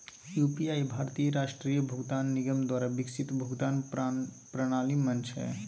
UPI भारतीय राष्ट्रीय भुगतान निगम द्वारा विकसित भुगतान प्रणाली मंच हइ